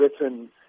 written